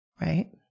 right